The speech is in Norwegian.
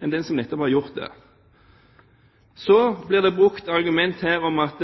enn den som nettopp har gjort det. Så blir det brukt som argument her at